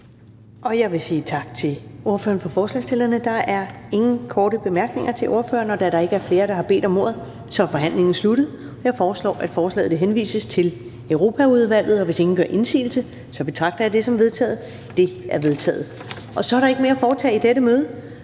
Og jeg vil sige tak til ordføreren for forslagsstillerne. Der er ingen korte bemærkninger til ordføreren. Da der ikke er flere, der har bedt om ordet, er forhandlingen sluttet. Jeg foreslår, at forslaget til folketingsbeslutning henvises til Europaudvalget. Hvis ingen gør indsigelse, betragter jeg det som vedtaget. Det er vedtaget. --- Kl. 22:14 Meddelelser fra formanden